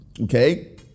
Okay